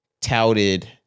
touted